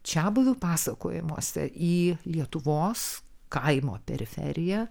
čiabuvių pasakojimuose į lietuvos kaimo periferiją